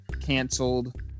canceled